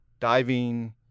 diving